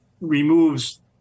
removes